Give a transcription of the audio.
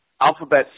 alphabet